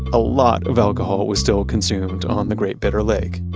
a lot of alcohol was still consumed on the great bitter lake.